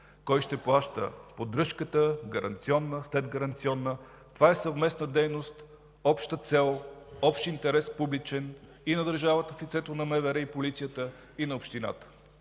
кой ще плаща поддръжката, гаранционна, следгаранционна – това е съвместна дейност, обща цел, общ публичен интерес и на държавата в лицето на МВР и полицията, и на общината.